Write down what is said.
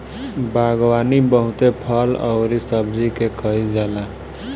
बागवानी बहुते फल अउरी सब्जी के कईल जाला